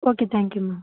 okay thank you ma'am